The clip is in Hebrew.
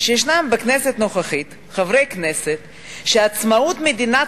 שישנם בכנסת הנוכחית חברי כנסת שעצמאות מדינת